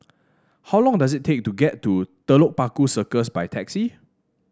how long does it take to get to Telok Paku Circus by taxi